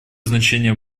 значение